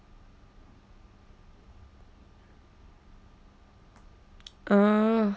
uh